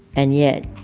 and yet,